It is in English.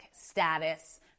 status